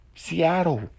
Seattle